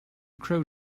crow